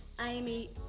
Amy